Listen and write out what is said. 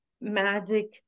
magic